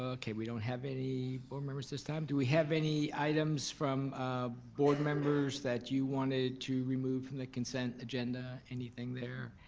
okay we don't have any board members this time. do we have any items from board members that you wanted to remove from the consent agenda? anything there?